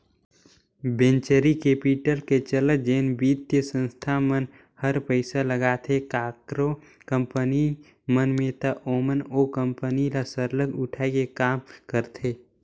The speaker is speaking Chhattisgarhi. वेंचरी कैपिटल के चलत जेन बित्तीय संस्था मन हर पइसा लगाथे काकरो कंपनी मन में ता ओमन ओ कंपनी ल सरलग उठाए के काम करथे